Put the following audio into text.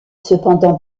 cependant